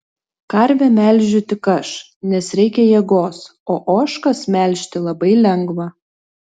karvę melžiu tik aš nes reikia jėgos o ožkas melžti labai lengva